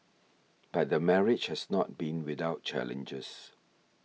but the marriage has not been without challenges